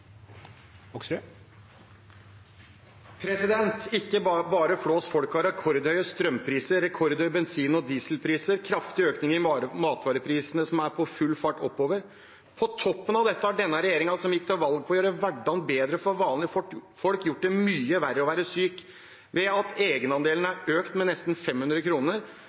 rekordhøye strømpriser, rekordhøye bensin- og dieselpriser og kraftig økning i matvarepriser, som er på full fart oppover. På toppen av dette har denne regjeringen, som gikk til valg på å gjøre hverdagen bedre for vanlige folk, gjort det mye verre å være syk ved at egenandelen er økt med nesten 500